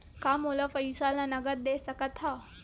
का मोला पईसा ला नगद दे सकत हव?